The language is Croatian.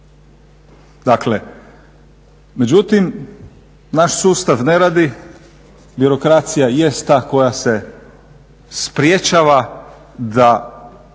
Dakle, međutim naš sustav ne radi, birokracija jest ta koja se sprječava da,